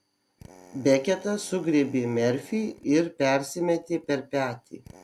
beketas sugriebė merfį ir persimetė per petį